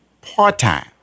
part-time